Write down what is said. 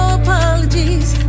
apologies